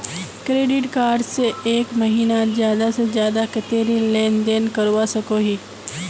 Credit card से एक महीनात ज्यादा से ज्यादा कतेरी लेन देन करवा सकोहो ही?